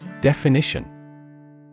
Definition